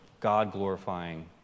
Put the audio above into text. God-glorifying